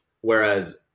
Whereas